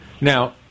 Now